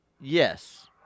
yes